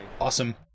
Awesome